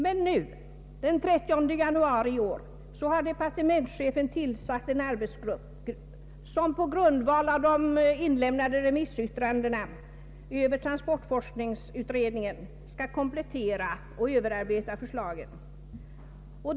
Men nu, den 30 januari i år, har departementschefen tillsatt en arbetsgrupp som på grundval av de inlämnade remissyttrandena över transportforskningsutredningens förslag skall göra en komplettering och överarbetning.